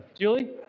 Julie